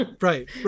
Right